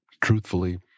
Truthfully